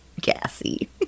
gassy